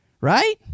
right